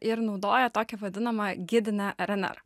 ir naudoja tokią vadinamą gidinę rnr